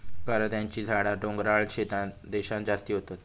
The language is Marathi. करांद्याची झाडा डोंगराळ देशांत जास्ती होतत